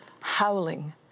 howling